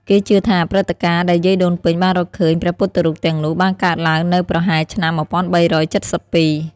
គេជឿថា ព្រឹត្តិការណ៍ដែលយាយដូនពេញបានរកឃើញព្រះពុទ្ធរូបទាំងនោះបានកើតឡើងនៅប្រហែលឆ្នាំ ១៣៧២។